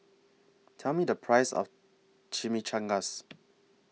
Tell Me The Price of Chimichangas